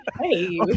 Hey